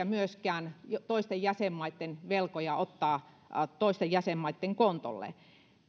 myöskään toisten jäsenmaitten velkoja ottaa toisten jäsenmaitten kontolle